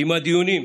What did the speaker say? וקיימה דיונים.